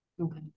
Okay